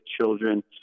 children